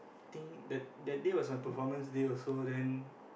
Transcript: think that that day was my performance day also then